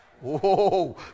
Whoa